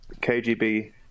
KGB